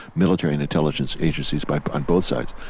military and intelligence agencies but but on both sides.